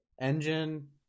engine